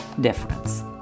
difference